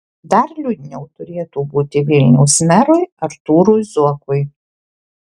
dar liūdniau turėtų būti vilniaus merui artūrui zuokui